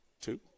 two